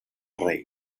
rey